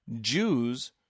Jews